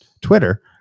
Twitter